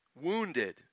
wounded